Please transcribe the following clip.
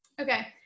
Okay